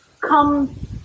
come